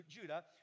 Judah